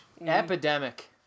Epidemic